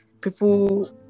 people